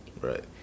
Right